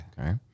Okay